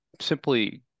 simply